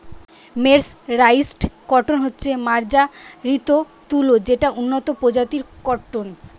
mercerised cotton হচ্ছে মার্জারিত তুলো যেটা উন্নত প্রজাতির কট্টন